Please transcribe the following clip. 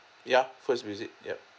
ya first visit yup